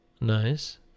Nice